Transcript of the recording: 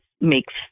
makes